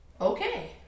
okay